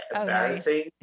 embarrassing